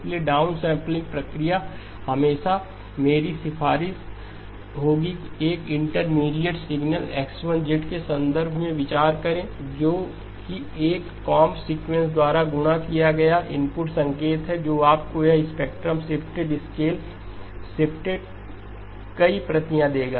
इसलिए डाउनसैंपलिंग प्रक्रिया हमेशा मेरी सिफारिश होगी एक इंटरमीडिएट सिग्नलX1 के संदर्भ में विचार करें जो कि एक कोंब सीक्वेंस द्वारा गुणा किया गया इनपुट संकेत है जो आपको यह स्पेक्ट्रम शिफ्टेड स्केल शिफ्टेड कई प्रतियाँ देगा